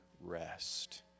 rest